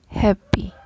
happy